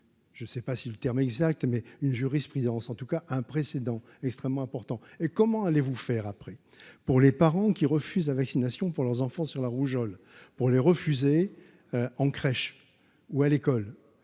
une je sais pas si le terme exact, mais une jurisprudence en tout cas un précédent extrêmement important et comment allez-vous faire après pour les parents qui refusent la vaccination pour leurs enfants sur la rougeole pour les refuser en crèche ou à l'école,